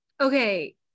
Okay